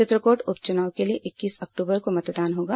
चित्रकोट उप चुनाव के लिए इक्कीस अक्टूबर को मतदान होगा